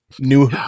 new